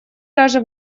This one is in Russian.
даже